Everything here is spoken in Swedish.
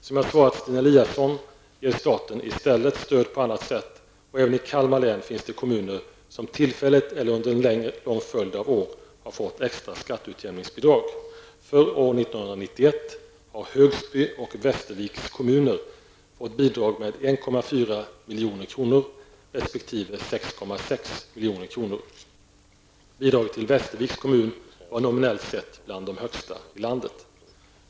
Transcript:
Som jag svarat Stina Eliasson ger staten i stället stöd på annat sätt, och även i Kalmar län finns det kommuner som tillfälligt eller under en lång följd av år har fått extra skatteutjämningsbidrag. För år 1991 har Högsby och Västerviks kommuner fått bidrag med 1,4 milj.kr. resp. 6,6 milj.kr. Bidraget till Västerviks kommun var nominellt sett bland de högsta i landet.